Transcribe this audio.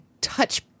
touch